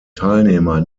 teilnehmer